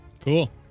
Cool